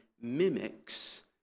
mimics